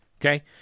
Okay